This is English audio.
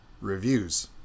reviews